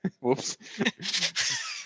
whoops